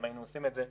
אם היינו עושים את זה,